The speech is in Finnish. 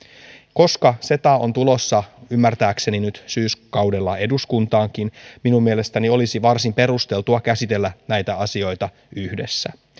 koska ceta on tulossa ymmärtääkseni nyt syyskaudella eduskuntaankin minun mielestäni olisi varsin perusteltua käsitellä näitä asioita yhdessä